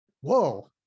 whoa